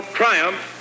triumph